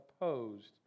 opposed